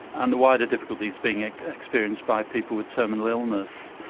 and the wider difficulties being ah experienced by people with terminal illness.